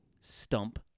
stump